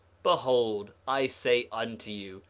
behold i say unto you,